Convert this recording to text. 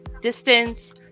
distance